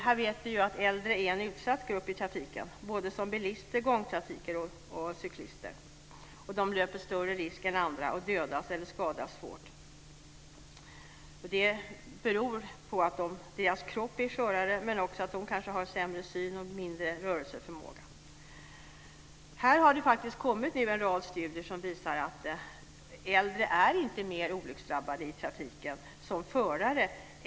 Vi vet att äldre är en utsatt grupp, som bilister såväl som gångtrafikanter och cyklister. De löper större risk än andra att dödas eller skadas svårt. Det beror på att deras kropp är skörare men också på att de kanske har sämre syn och mindre rörelseförmåga. Här har det kommit en rad studier som visar att äldre som förare inte är mer olycksdrabbade i trafiken än andra.